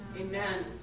Amen